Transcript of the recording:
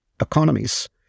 economies